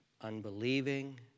unbelieving